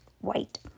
white